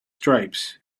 stripes